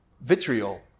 vitriol